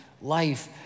life